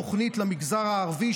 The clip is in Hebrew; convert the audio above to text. תוכנית למגזר הערבי,